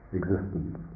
existence